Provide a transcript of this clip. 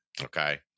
okay